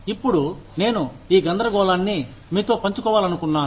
ఇప్పుడు నేను ఈ గందరగోళాన్ని మీతో పంచుకోవాలనుకుంటున్నాను